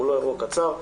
זה לא אירוע קצר,